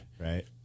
right